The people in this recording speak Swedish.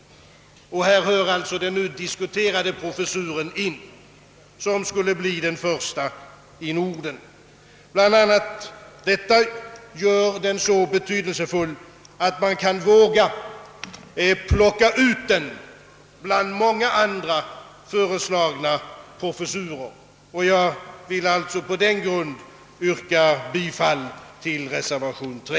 Hit hör den nu diskuterade professuren, som skulle bli den första i Norden. BL. a. detta gör den så betydelsefull, att man vågar plocka ut den bland andra föreslagna professurer. Jag vill alltså på denna grund yrka bifall till reservation nr 3.